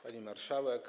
Pani Marszałek!